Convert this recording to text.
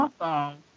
Awesome